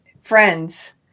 friends